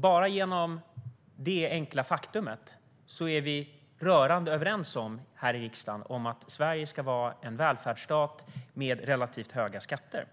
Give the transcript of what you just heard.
Bara genom detta enkla faktum är vi rörande överens här i riksdagen om att Sverige ska vara en välfärdsstat med relativt höga skatter.